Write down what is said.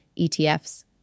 ETFs